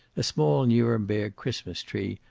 a small nuremberg christmas tree,